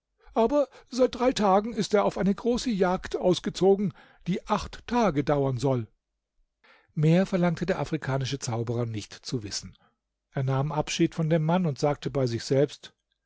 aber seit drei tagen ist er auf eine große jagd ausgezogen die acht tage dauern soll mehr verlangte der afrikanische zauberer nicht zu wissen er nahm abschied von dem mann und sagte bei sich selbst